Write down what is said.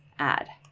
add.